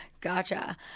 gotcha